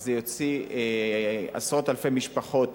זה יוציא עשרות אלפי משפחות